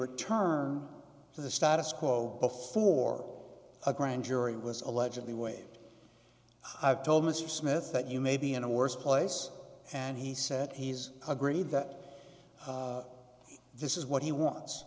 were turn to the status quo before a grand jury was allegedly way i've told mr smith that you may be in a worse place and he said he's agreed that this is what he wants